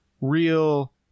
real